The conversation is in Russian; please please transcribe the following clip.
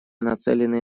нацеленные